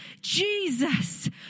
Jesus